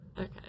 Okay